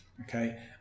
okay